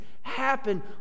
happen